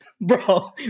bro